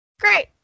Great